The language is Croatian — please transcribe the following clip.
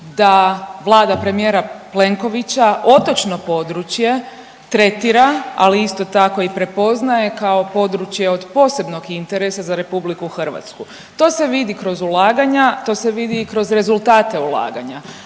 da Vlada premijera Plenkovića otočno područje tretira, ali isto tako i prepoznaje kao područje od posebnog interesa za Republiku Hrvatsku. To se vidi kroz ulaganja, to se vidi i kroz rezultate ulaganja,